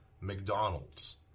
McDonald's